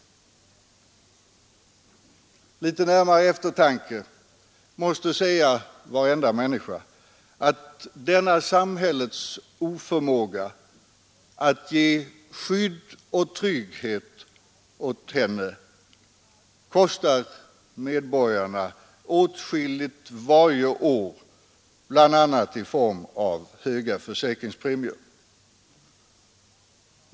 Litet närmare eftertanke måste säga varenda människa att denna samhällets oförmåga att ge skydd och trygghet kostar henne åtskilligt varje år bl.a. i form av höga försäkringspremier.